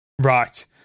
Right